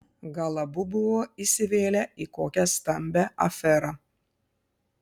gal abu buvo įsivėlę į kokią stambią aferą